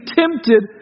tempted